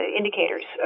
indicators